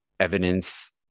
Evidence